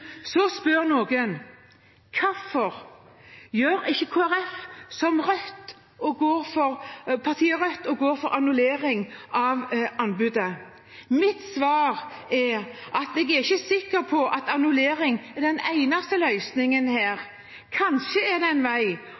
Så spør noen: Hvorfor gjør ikke Kristelig Folkeparti som partiet Rødt og går for annullering av anbudet? Mitt svar er at jeg er ikke sikker på at annullering er den eneste løsningen her. Kanskje er det en vei,